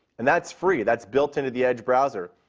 and that's free. that's built into the edge browser.